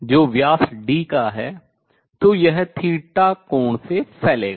जो व्यास d का है तो यह कोण θ से फैलेगा